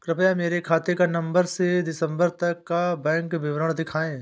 कृपया मेरे खाते का नवम्बर से दिसम्बर तक का बैंक विवरण दिखाएं?